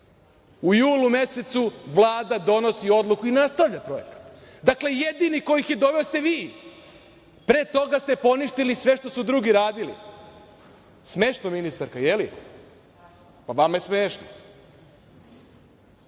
u julu mesecu Vlada donosi odluku i nastavlja projekat. Dakle, jedini ko ih je doveo ste vi, pre toga ste poništili sve što su drugi radili. Smešno, ministara, jel? Pa, vama je smešno. Kažete,